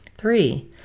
Three